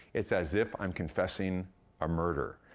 it's as if i'm confessing a murder.